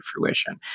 fruition